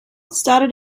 started